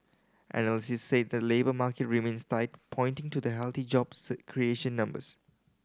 analysts say the labour market remains tight pointing to the healthy jobs creation numbers